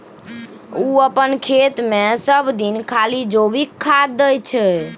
ओ अपन खेतमे सभदिन खाली जैविके खाद दै छै